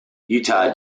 utah